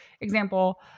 example